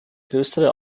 größere